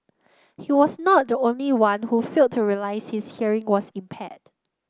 he was not the only one who failed to realise his hearing was impaired